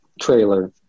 trailer